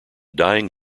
dying